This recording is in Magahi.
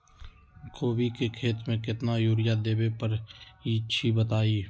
कोबी के खेती मे केतना यूरिया देबे परईछी बताई?